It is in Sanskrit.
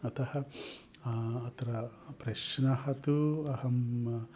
अतः अत्र प्रश्नः तु अहं